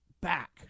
back